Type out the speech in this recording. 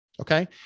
Okay